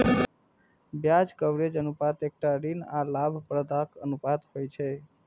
ब्याज कवरेज अनुपात एकटा ऋण आ लाभप्रदताक अनुपात होइ छै